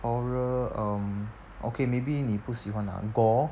horror um okay maybe 你不喜欢 lah gore